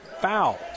foul